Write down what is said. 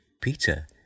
Peter